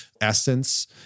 essence